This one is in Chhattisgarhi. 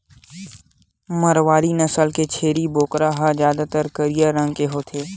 मारवारी नसल के छेरी बोकरा ह जादातर करिया रंग के होथे